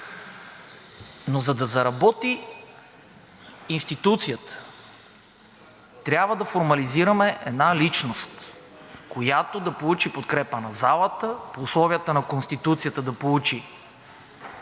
Но за да заработи институцията, трябва да формализираме една личност, която да получи подкрепата на залата, в условията на Конституцията да получи